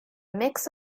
mix